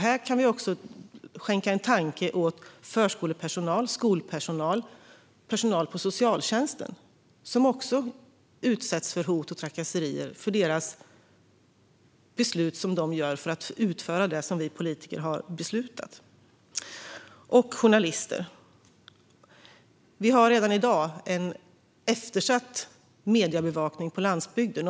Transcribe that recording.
Här kan vi skänka en tanke åt förskolepersonal, skolpersonal och personal på socialtjänsten, som också utsätts för hot och trakasserier på grund av beslut som de fattar för att utföra det som vi politiker har beslutat. Detta gäller även journalister. Vi har redan i dag en eftersatt mediebevakning på landsbygden.